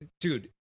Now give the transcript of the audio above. dude